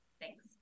thanks